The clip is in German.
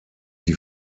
die